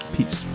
Peace